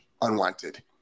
unwanted